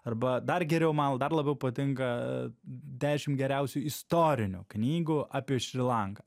arba dar geriau man dar labiau patinka dešim geriausių istorinių knygų apie šri lanką